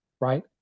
Right